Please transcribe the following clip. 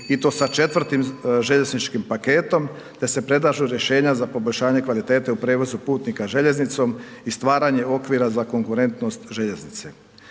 i to sa 4 željezničkim paketom te se predlažu rješenja za poboljšanje kvalitete u prijevozu putnika željeznicom i stvaranje okvira za konkurentnost željeznice.